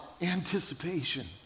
anticipation